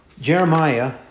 Jeremiah